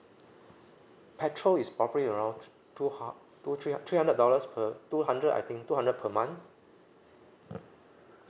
petrol is probably around two hun~ two three three hundred dollars per two hundred I think two hundred per month mm